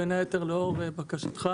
בין היתר לאור בקשתך.